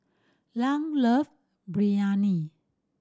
Lan love Biryani